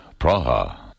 Praha